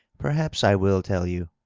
perhaps i will tell you,